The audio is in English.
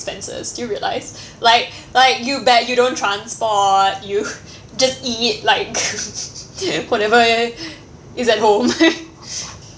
expenses do you realise like like you bet you don't transport you just eat like whatever is at home